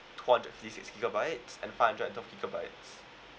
two hundred fifty six gigabytes and five hundred and twelve gigabytes